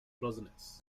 closeness